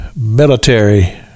military